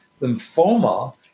Lymphoma